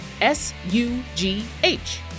S-U-G-H